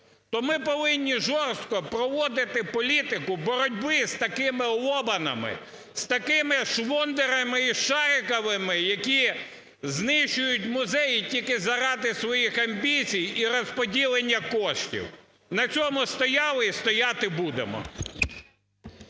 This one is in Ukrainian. то ми повинні жорстко проводити політику боротьби з такими "лобанами", з такими "швондерами" і "шариковими", які знищують музеї тільки заради своїх амбіцій і розподілення коштів. На цьому стояли і стояти будемо.